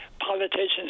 politicians